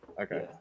okay